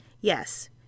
Yes